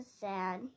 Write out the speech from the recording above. sad